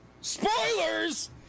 spoilers